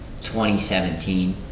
2017